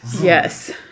Yes